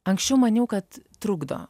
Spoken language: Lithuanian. anksčiau maniau kad trukdo